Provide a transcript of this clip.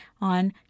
on